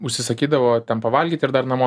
užsisakydavo ten pavalgyt ir dar namo